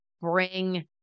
bring